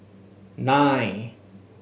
nine